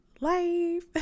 life